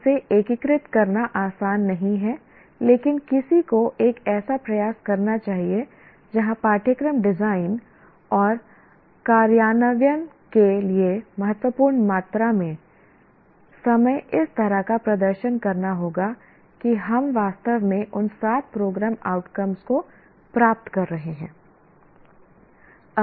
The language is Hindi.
इसे एकीकृत करना आसान नहीं है लेकिन किसी को एक ऐसा प्रयास करना चाहिए जहां पाठ्यक्रम डिजाइन और कार्यान्वयन के लिए महत्वपूर्ण मात्रा में समय इस तरह का प्रदर्शन करना होगा कि हम वास्तव में उन सात प्रोग्राम आउटकम्स को प्राप्त कर रहे हैं